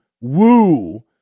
woo